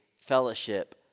fellowship